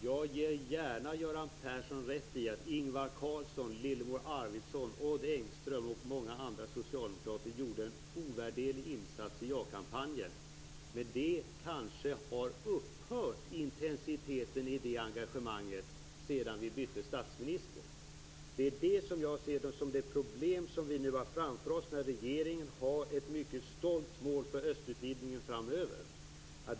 Jag ger gärna Göran Persson rätt i att Ingvar Carlsson, Lillemor Arvidsson, Odd Engström och många andra socialdemokrater gjorde en ovärderlig insats i ja-kampanjen. Men intensiteten i det engagemanget har kanske upphört sedan vi bytte statsminister. Jag ser det som ett problem som vi har framför oss eftersom regeringen har ett mycket stolt mål för östutvidgningen framöver.